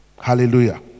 Hallelujah